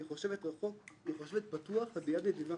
היא חושבת רחוק, היא חושבת פתוח ביד נדיבה